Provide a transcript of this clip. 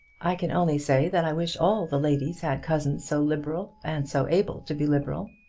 i can only say that i wish all the ladies had cousins so liberal, and so able to be liberal.